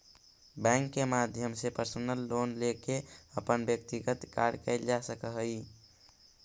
bank के माध्यम से पर्सनल लोन लेके अपन व्यक्तिगत कार्य कैल जा सकऽ हइ